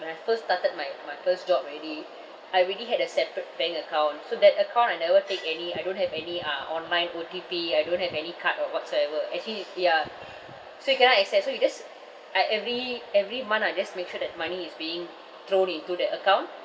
when I first started my my first job already I already had a separate bank account so that account I never take any I don't have any uh online O_T_P I don't have any card or whatsoever actually ya so you cannot access so you just like every every month I just make sure that money is being thrown into the account